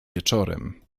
wieczorem